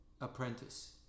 apprentice